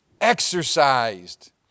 exercised